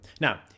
now